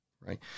right